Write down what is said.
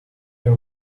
your